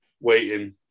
waiting